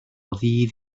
ddydd